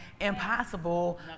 impossible